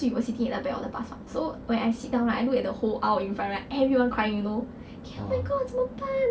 cause we were sitting at the back of the bus [what] so when I sit down right I look at the whole aisle in front right everyone crying you know eh oh my god 怎么办